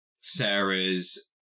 Sarah's